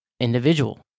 individual